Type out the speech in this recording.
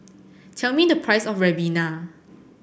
tell me the price of Ribena